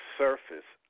surface